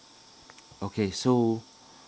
okay so